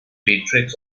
beatrix